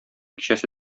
кичәсе